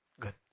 Good